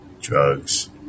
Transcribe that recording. drugs